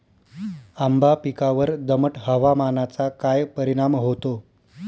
आंबा पिकावर दमट हवामानाचा काय परिणाम होतो?